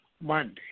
Monday